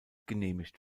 genehmigt